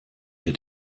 der